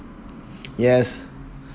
yes